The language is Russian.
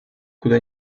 куда